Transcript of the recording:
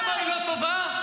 והעליון אחראי.